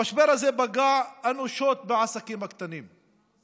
המשבר הזה פגע אנושות בעסקים הקטנים.